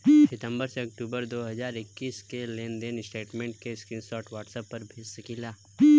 सितंबर से अक्टूबर दो हज़ार इक्कीस के लेनदेन स्टेटमेंट के स्क्रीनशाट व्हाट्सएप पर भेज सकीला?